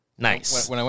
Nice